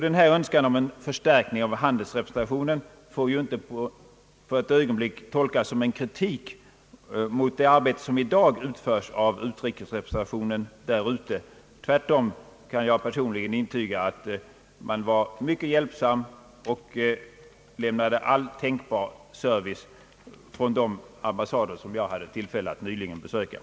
Denna önskan om förstärkning av handelsrepresentationen får icke för ett ögonblick tolkas som kritik mot det arbete som i dag utförs av utrikesrepresentationen där ute. Tvärtom kan jag personligen intyga att de ambassader, som jag nyligen hade tillfälle att besöka, var mycket hjälpsamma och lämnade all tänkbar service.